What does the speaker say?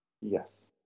Yes